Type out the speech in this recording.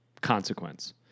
consequence